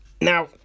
Now